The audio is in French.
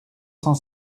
cent